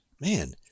man